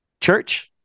church